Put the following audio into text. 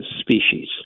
species